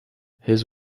his